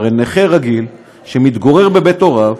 הרי נכה רגיל שמתגורר בבית הוריו,